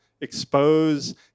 expose